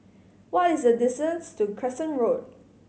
what is the distance to Crescent Road